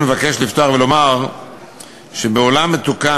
אני מבקש לפתוח ולומר שבעולם מתוקן,